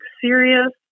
serious